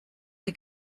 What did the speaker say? que